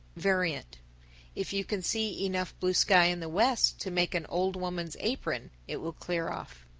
variant if you can see enough blue sky in the west to make an old woman's apron, it will clear off.